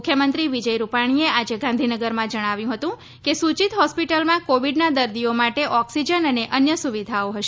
મુખ્યમંત્રી વિજય રૂપાણીએ આજે ગાંધીનગરમાં જણાવ્યું હતું કે સૂચિત હોસ્પિલમાં કોવિડના દર્દીઓ માટે ઓક્સિજન અને અન્ય સુવિધાઓ હશે